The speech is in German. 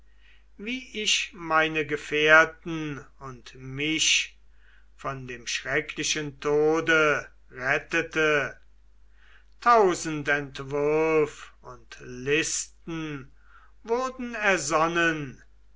wie ich meine gefährten und mich von dem schrecklichen tode rettete tausend entwürf und listen wurden ersonnen